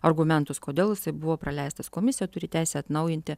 argumentus kodėl jisai buvo praleistas komisija turi teisę atnaujinti